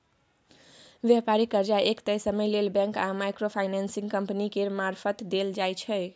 बेपारिक कर्जा एक तय समय लेल बैंक आ माइक्रो फाइनेंसिंग कंपनी केर मारफत देल जाइ छै